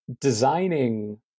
designing